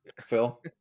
phil